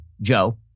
Joe